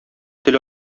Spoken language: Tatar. тел